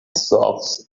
socks